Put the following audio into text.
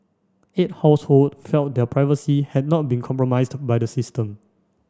eight household felt their privacy had not been compromised by the system